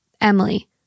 Emily